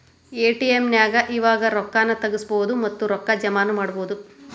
ATM ನ್ಯಾಗ್ ಇವಾಗ ರೊಕ್ಕಾ ನು ತಗ್ಸ್ಕೊಬೊದು ಮತ್ತ ರೊಕ್ಕಾ ಜಮಾನು ಮಾಡ್ಬೊದು